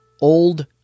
old